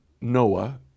Noah